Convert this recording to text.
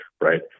right